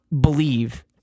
believe